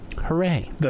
Hooray